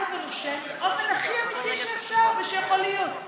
ונושם באופן הכי אמיתי שאפשר ושיכול להיות.